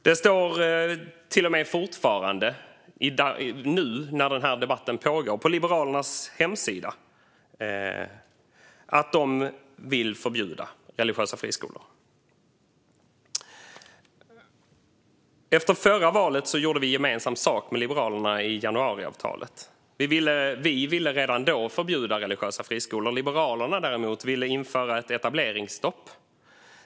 Det står till och med fortfarande - när den här debatten pågår - på Liberalernas hemsida att de vill förbjuda religiösa friskolor. Efter förra valet gjorde vi gemensam sak med Liberalerna i januariavtalet. Vi ville redan då förbjuda religiösa friskolor. Liberalerna ville däremot införa ett etableringsstopp.